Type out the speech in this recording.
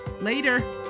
Later